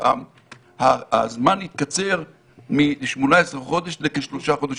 הזמן התקצר מ-18 חודשים לכשלושה חודשים.